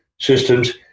systems